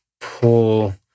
pull